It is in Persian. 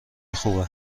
خوبه